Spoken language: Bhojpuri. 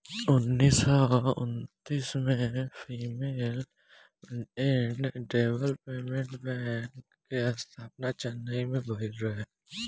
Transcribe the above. उन्नीस सौ उन्तीस में फीमेल एंड डेवलपमेंट बैंक के स्थापना चेन्नई में भईल रहे